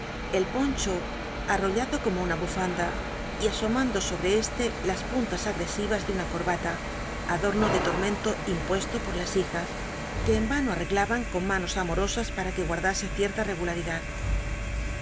el poncho arrollado como una bufanda y aorüando sobre éste las puntas agresivas de una corbata adorno de tormento impuesto por las hijas que en vano arreglaban con manos amorosas para que guardas cierta regularidad